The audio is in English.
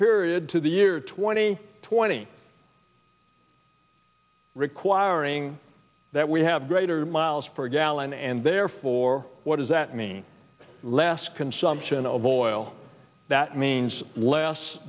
period to the year twenty twenty requiring that we have greater mpg and therefore what does that mean less consumption of oil that means less